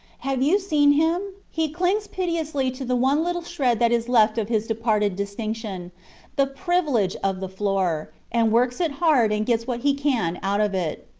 have you seen him? he clings piteously to the one little shred that is left of his departed distinction the privilege of the floor and works it hard and gets what he can out of it.